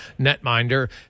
netminder